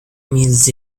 mills